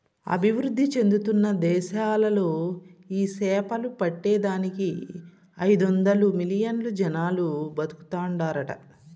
అభివృద్ధి చెందుతున్న దేశాలలో ఈ సేపలు పట్టే దానికి ఐదొందలు మిలియన్లు జనాలు బతుకుతాండారట